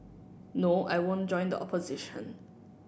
no I won't join the opposition